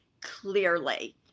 clearly